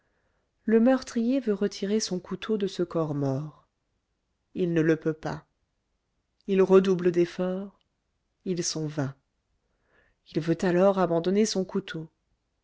le meurtrier veut retirer son couteau de ce corps mort il ne le peut pas il redouble d'efforts ils sont vains il veut alors abandonner son couteau